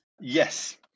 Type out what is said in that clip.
Yes